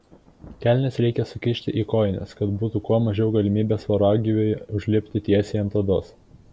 kelnes reikia sukišti į kojines kad būtų kuo mažiau galimybės voragyviui užlipti tiesiai ant odos